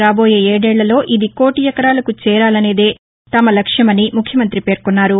రాబోయే ఏదేళ్లలో ఇది కోటీ ఎకరాలకు చేరాలనేదే తమ లక్ష్యమని ముఖ్యమంతి పేర్కొన్నారు